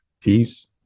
peace